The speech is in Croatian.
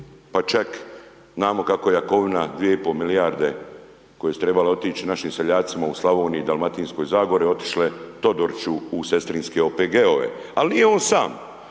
pa čak znamo kako Jakovina 2,5 milijarde koje su trebale otići našim seljacima u Slavoniji Dalmatinskoj zagori otišle Todoriću u sestrinske OPG-ove. Ali nije on sam,